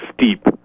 steep